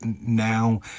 now